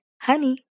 honey